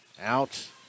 out